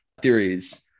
theories